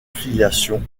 filiation